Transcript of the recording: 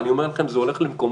אני אומר לכם: זה הולך למקומות